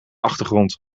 achtergrond